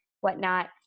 whatnot